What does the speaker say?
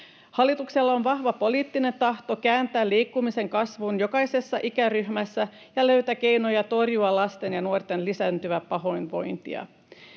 Hallituksella on vahva poliittinen tahto kääntää liikkumisen kasvu jokaisessa ikäryhmässä ja löytää keinoja torjua lasten ja nuorten lisääntyvää pahoinvointia.